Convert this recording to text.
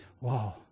Wow